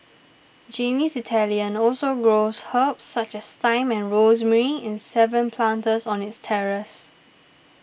Jamie's Italian also grows herbs such as thyme and rosemary in seven planters on its terrace